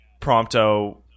Prompto